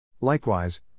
Likewise